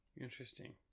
Interesting